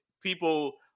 people